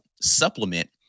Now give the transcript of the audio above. supplement